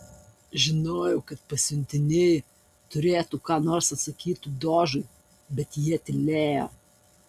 žinojau kad pasiuntiniai turėtų ką nors atsakyti dožui bet jie tylėjo